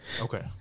Okay